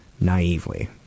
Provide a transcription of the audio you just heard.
naively